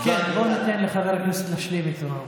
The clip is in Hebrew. בואי ניתן לחבר הכנסת להשלים את דבריו.